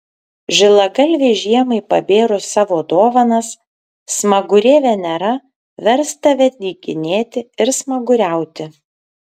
žilagalvei žiemai pabėrus savo dovanas smagurė venera vers tave dykinėti ir smaguriauti